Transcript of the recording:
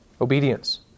obedience